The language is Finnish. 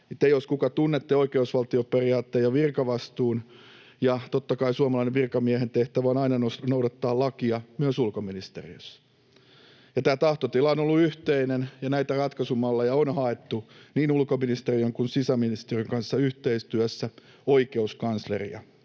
te, jos kuka, tunnette oikeusvaltioperiaatteen ja virkavastuun. Totta kai suomalaisen virkamiehen tehtävä on aina noudattaa lakia myös ulkoministeriössä. Tämä tahtotila on ollut yhteinen, ja näitä ratkaisumalleja on haettu niin ulkoministeriön kuin sisäministeriön kanssa yhteistyössä oikeuskansleria